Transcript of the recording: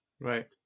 Right